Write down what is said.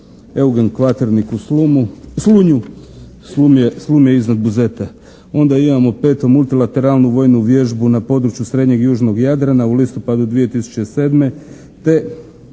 «Eugen Kvaternik» u Slumu, Slunju. Slum je iznad Buzeta. Onda imamo 5. multilateralnu vojnu vježbu na području srednjeg i južnog Jadrana u listopadu 2007.